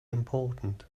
important